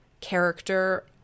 character